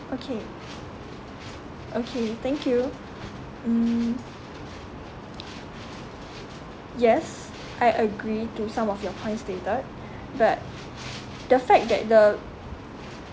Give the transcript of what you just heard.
okay okay thank you mm yes I agree to some of your point stated but the fact that the